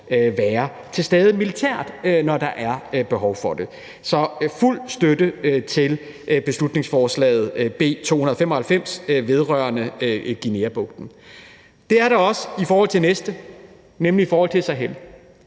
være til stede militært, når der er behov for det. Så fuld støtte til beslutningsforslaget, B 295, vedrørende Guineabugten. Det er der også i forhold til det næste forslag, nemlig i forhold til Sahel.